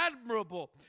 admirable